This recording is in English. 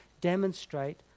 demonstrate